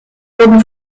wurde